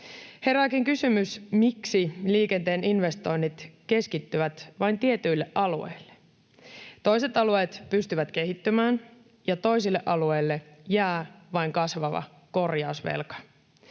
Herääkin kysymys, miksi liikenteen investoinnit keskittyvät vain tietyille alueille. Toiset alueet pystyvät kehittymään, ja toisille alueille jää vain kasvava korjausvelka.